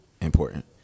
important